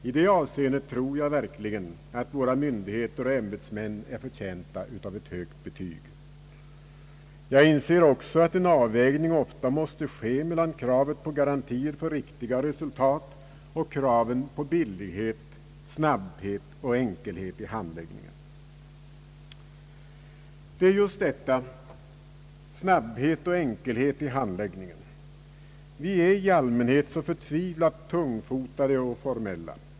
I det avseendet tror jag verkligen att våra myndigheter och ämbetsmän är förtjänta av ett högt betyg. Jag inser också att en avvägning ofta måste göras mellan kravet på garantier för riktiga resultat och kraven på billighet, snabbhet och enkelhet i handläggningen. Just detta — snabbhet och enkelhet i handläggningen. Vi är i allmänhet så förtvivlat tungfotade och formella.